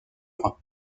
rhin